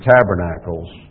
Tabernacles